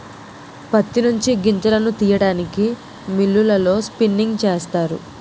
ప్రత్తి నుంచి గింజలను తీయడానికి మిల్లులలో స్పిన్నింగ్ చేస్తారు